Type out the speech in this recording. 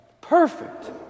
perfect